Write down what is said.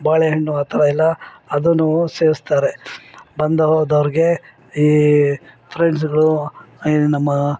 ಬಾಳೆಹಣ್ಣು ಆ ಥರ ಎಲ್ಲ ಅದು ಸೇವಿಸ್ತಾರೆ ಬಂದು ಹೋದವ್ರಿಗೆ ಈ ಫ್ರೆಂಡ್ಸ್ಗಳು ಈ ನಮ್ಮ